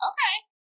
Okay